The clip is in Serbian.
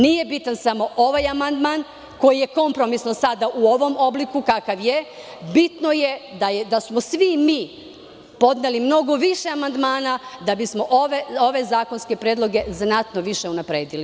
Nije bitan samo ovaj amandman, koji je kompromisno sada u ovom obliku, kakav je, bitno je da smo svi mi podneli mnogo više amandmana da bismo ove zakonske predloge znatno više unapredili.